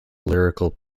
lyrical